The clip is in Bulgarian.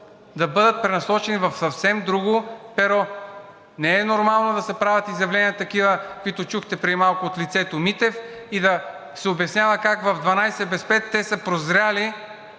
да бъдат пренасочени в съвсем друго перо. Не е нормално да се правят такива изявления, каквито чухте преди малко от лицето Митев, и да се обяснява как в 12 без пет те са прозрели,